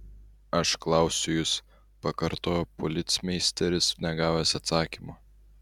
aš klausiu jus pakartojo policmeisteris negavęs atsakymo